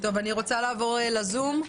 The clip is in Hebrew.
אני רוצה לעבור ל-זום.